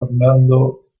fernando